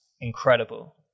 incredible